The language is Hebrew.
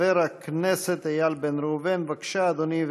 חבר הכנסת איל בן ראובן, בבקשה, אדוני.